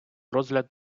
розгляд